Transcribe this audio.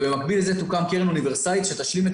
ובמקביל לזה תוקם קרן אוניברסלית שתשלים את